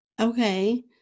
Okay